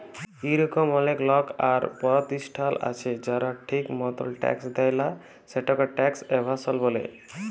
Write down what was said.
ইরকম অলেক লক আর পরতিষ্ঠাল আছে যারা ঠিক মতল ট্যাক্স দেয় লা, সেটকে ট্যাক্স এভাসল ব্যলে